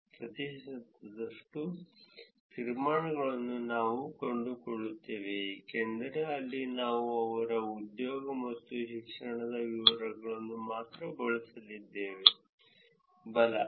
23 ಪ್ರತಿಶತದಷ್ಟು ಬಳಕೆದಾರರ ನಿಖರವಾದ ನಿವಾಸವನ್ನು ಮಾತ್ರ ಊಹಿಸಲು ಸಾಧ್ಯವಾಗುತ್ತದೆ ಏಕೆಂದರೆ ಬಳಕೆದಾರರು ಅಧ್ಯಯನ ಮಾಡಿದ ಅಥವಾ ಕೆಲಸ ಮಾಡಿದ ಸ್ಥಳಗಳ ಗುಣಲಕ್ಷಣಗಳನ್ನು ನಾವು ಬಳಸುತ್ತಿರುವುದರಿಂದ ನಿರೀಕ್ಷಿಸಲಾಗಿದೆ ಏಕೆಂದರೆ ಇಲ್ಲಿ ನಾವು ಅವರ ಉದ್ಯೋಗ ಮತ್ತು ಶಿಕ್ಷಣದ ವಿವರಗಳನ್ನು ಮಾತ್ರ ಬಳಸುತ್ತಿದ್ದೇವೆ ಬಲ